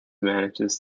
manages